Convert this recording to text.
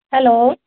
hello